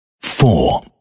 four